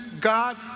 God